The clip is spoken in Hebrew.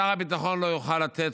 שר הביטחון לא יוכל לתת,